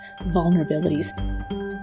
vulnerabilities